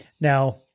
Now